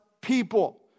people